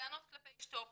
טענות כלפי אשתו.